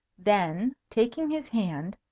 then, taking his hand,